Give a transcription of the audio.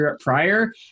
prior